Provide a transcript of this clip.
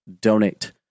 donate